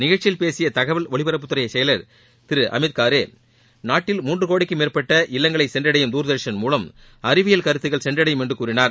நிகழ்ச்சியில் பேசிய தகவல் ஒலிபரப்புத்துறை செயலர் மற்றும் திரு அமீத்காரே நாட்டில் மூன்று கோடிக்கும் மேற்பட்ட இல்வங்களை சென்றடையும் தூர்தர்ஷன் மூலம் அறிவியல் கருத்துக்கள் சென்றடையும் என்று கூறினார்